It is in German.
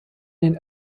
den